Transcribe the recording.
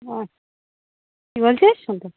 ও কি বলছিস শুনতে